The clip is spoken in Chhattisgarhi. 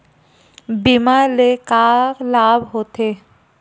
बीमा ले का लाभ होथे?